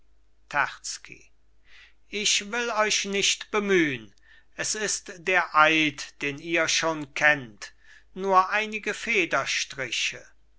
ich will euch nicht bemühn es ist der eid den ihr schon kennt nur einige